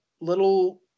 little